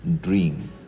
dream